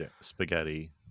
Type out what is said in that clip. spaghetti